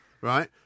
Right